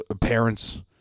parents